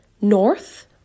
north